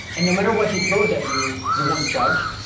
and no matter what she throws at you, you won't judge.